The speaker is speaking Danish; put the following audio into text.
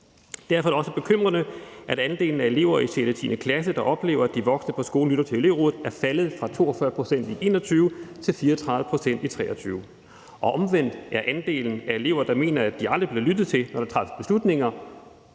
Derfor er det også bekymrende, at andelen af elever i 6.-10. klasse, der oplever, at de voksne på skolen lytter til elevrådet, er faldet fra 42 pct. i 2021 til 34 pct. i 2023. Og omvendt er andelen af elever, der mener, at de aldrig bliver lyttet til, når der træffes beslutninger,